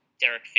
Derek